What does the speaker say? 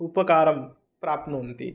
उपकाराः प्राप्नुवन्ति